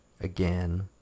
again